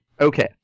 Okay